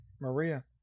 Maria